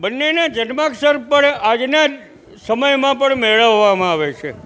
બનેના જન્માક્ષર પણ આજના સમયમાં પણ મેળવવામાં આવે છે